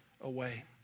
away